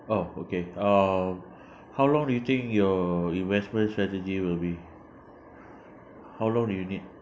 oh okay uh how long do you think your investment strategy will be how long do you need